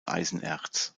eisenerz